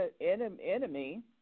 enemy